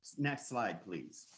next slide, please.